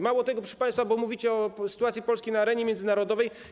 Mało tego, proszę państwa, mówicie o sytuacji Polski na arenie międzynarodowej.